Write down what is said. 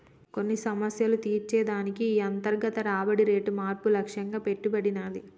కొన్ని సమస్యలు తీర్చే దానికి ఈ అంతర్గత రాబడి రేటు మార్పు లక్ష్యంగా పెట్టబడినాది